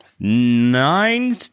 nine